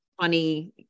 funny